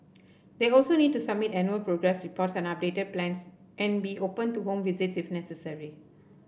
they also need to submit annual progress reports and updated plans and be open to home visits if necessary